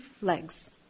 legs